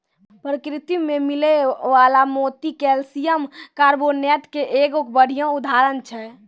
परकिरति में मिलै वला मोती कैलसियम कारबोनेट के एगो बढ़िया उदाहरण छै